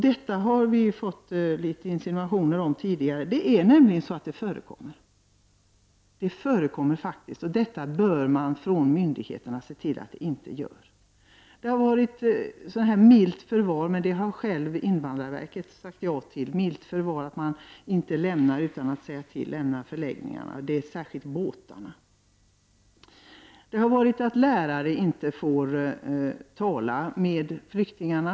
Detta har vi fått kommentarer kring. Det är nämligen sådant som förekommer. Myndigheterna bör se till att förtryck inte tillåts. Det har bl.a. förekommit s.k. milt förvar. Invandrarverket har själv sagt ja till detta. Det innebär att flyktingarna inte kan lämna förläggningarna utan att säga till. Det gäller särskilt på de båtar som används som förläggningar. Det har också förekommit att lärare inte får tala med flyktingarna.